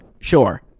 sure